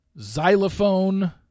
Xylophone